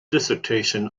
dissertation